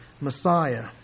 Messiah